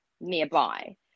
nearby